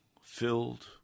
filled